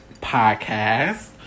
podcast